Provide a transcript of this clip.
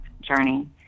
journey